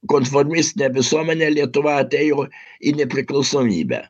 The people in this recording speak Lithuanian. konformistine visuomene lietuva atėjo į nepriklausomybę